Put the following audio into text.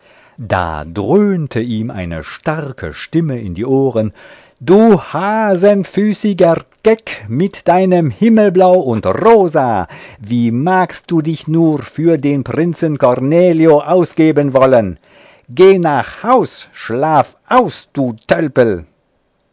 da dröhnte ihm eine starke stimme in die ohren du hasenfüßiger geck mit deinem himmelblau und rosa wie magst du dich nur für den prinzen cornelio ausgeben wollen geh nach haus schlaf aus du